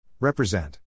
Represent